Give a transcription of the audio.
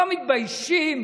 לא מתביישים?